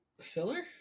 filler